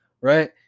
right